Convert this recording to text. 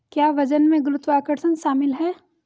क्या वजन में गुरुत्वाकर्षण शामिल है?